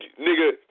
nigga